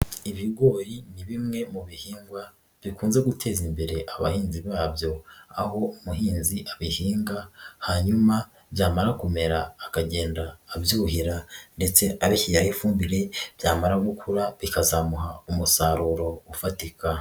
Ibigori ni bimwe mu bihingwa bikunze guteza imbere abahinzi babyo, aho umuhinzi abihinga hanyuma byamara kumera akagenda abyuhira ndetse abishyiraho ifumbire, byamara gukura bikazamuha umusaruro ufatika.